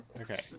Okay